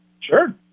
Sure